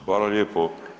Hvala lijepo.